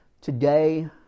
today